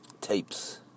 tapes